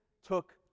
took